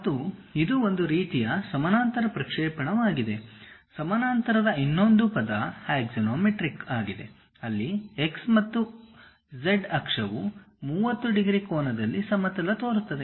ಮತ್ತು ಇದು ಒಂದು ರೀತಿಯ ಸಮಾನಾಂತರ ಪ್ರಕ್ಷೇಪಣವಾಗಿದೆ ಸಮಾನಾಂತರದ ಇನ್ನೊಂದು ಪದ ಆಕ್ಸಾನೊಮೆಟ್ರಿಕ್ ಆಗಿದೆ ಅಲ್ಲಿ x ಮತ್ತು z ಅಕ್ಷವು 30 ಡಿಗ್ರಿ ಕೋನದಲ್ಲಿ ಸಮತಲ ತೋರುತ್ತದೆ